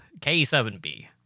K7B